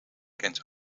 kent